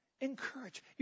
encourage